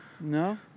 No